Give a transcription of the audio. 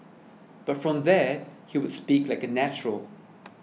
but from there he would speak like a natural